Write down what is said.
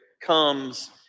comes